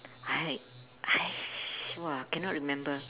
I I !wah! cannot remember